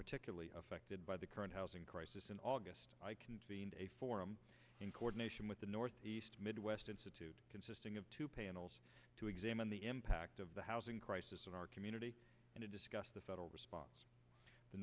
particularly affected by the current housing crisis in august i convened a forum in coordination with the northeast midwest institute consisting of two panels to examine the impact of the housing crisis in our community and to discuss the federal response the